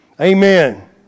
Amen